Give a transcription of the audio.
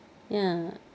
ya